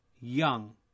young